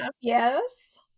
Yes